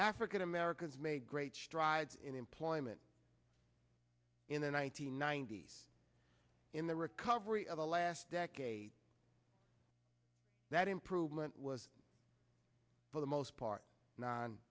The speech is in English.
african americans made great strides in employment in the one nine hundred ninety s in the recovery of the last decade that improvement was for the most part non